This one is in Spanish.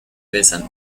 besan